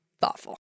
thoughtful